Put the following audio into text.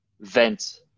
vent